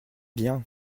bien